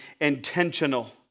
intentional